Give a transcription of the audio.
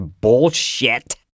bullshit